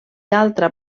altra